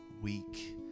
weak